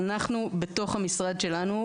ואנחנו בתוך המשרד שלנו,